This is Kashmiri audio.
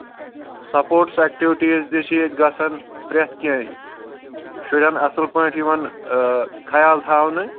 سَپوٹٕس اٮ۪کٹِوِٹیٖز تہِ چھِ ییٚتہِ گژھان پرٛٮ۪تھ کینٛہہ شُرٮ۪ن اَصٕل پٲٹھۍ یِوان خیال تھاونہٕ